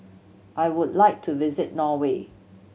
I would like to visit Norway